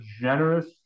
generous